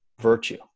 virtue